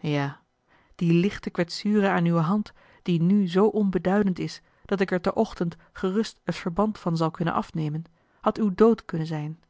ja die lichte kwetsure aan uwe hand die nu zoo onbeduidend is dat ik er te ochtend gerust het verband van zal kunnen afnemen had uw dood kunnen zijn